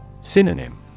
Synonym